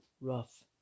Rough